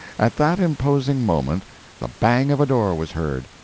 at that imposing moment the bang of a door was heard,